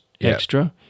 extra